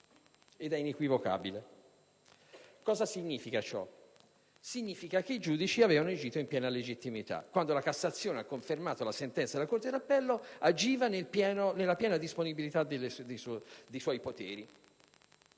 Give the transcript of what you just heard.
che è inequivocabile. Ciò significa che i giudici avevano agito in piena legittimità. Quando la Cassazione ha confermato la sentenza della corte d'appello, essa ha agito nella piena disponibilità dei suoi poteri.